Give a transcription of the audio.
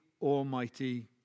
Almighty